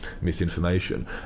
misinformation